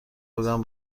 بگویم